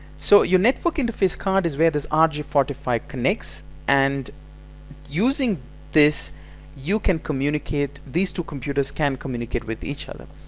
so your network interface card is where this r j four five connects and using this you can communicate these two computers can communicate with each other.